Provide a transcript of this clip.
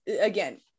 again